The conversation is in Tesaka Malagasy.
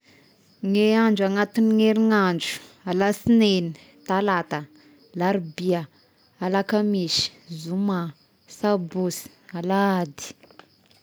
Ny andro agnatin'ny herignandro: alasinainy, talata, larobia, alakamisy, zoma, sabosy, alahady.